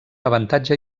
avantatge